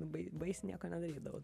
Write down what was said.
labai baisiai nieko nedarydavau